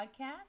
Podcast